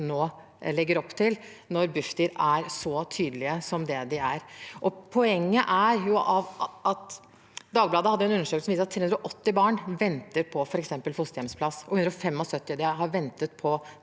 nå legger opp til, når Bufdir er så tydelig som det det er. Og poenget er at Dagbladet hadde en undersøkelse som viste at 380 barn venter på fosterhjemsplass, f.eks., og 175 har ventet på